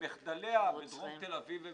במחדליה בדרום תל אביב,